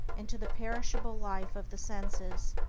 into the perishable life of the senses,